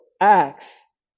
acts